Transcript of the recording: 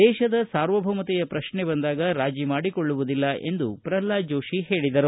ದೇಶದ ಸಾರ್ವಭೌಮತೆಯ ಪ್ರಶ್ನೆ ಬಂದಾಗ ರಾಜಿ ಮಾಡಿಕೊಳ್ಳುವುದಿಲ್ಲ ಎಂದು ಪ್ರಲ್ವಾದ ಜೋಶಿ ಹೇಳಿದರು